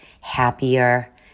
happier